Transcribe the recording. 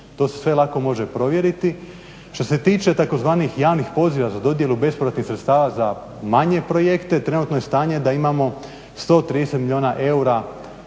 To se sve lako može provjeriti. Što se tiče tzv. javnih poziva za dodjelu bespovratnih sredstava za manje projekte trenutno je stanje da imamo 130 milijuna eura